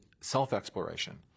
self-exploration